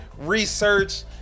research